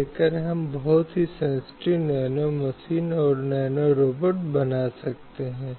इसलिए अनुच्छेद ४४ में निहित है आप जानते हैं